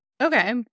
Okay